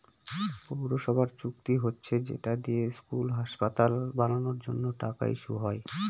পৌরসভার চুক্তি হচ্ছে যেটা দিয়ে স্কুল, হাসপাতাল বানানোর জন্য টাকা ইস্যু হয়